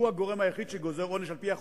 הוא הגורם היחיד שגוזר עונש על-פי החוק.